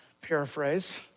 paraphrase